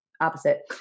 opposite